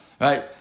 right